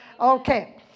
Okay